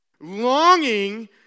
longing